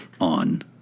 on